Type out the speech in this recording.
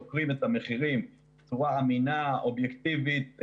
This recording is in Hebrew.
רואים את המחירים בצורה אמינה ואובייקטיבית,